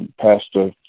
pastor